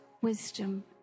wisdom